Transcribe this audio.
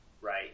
Right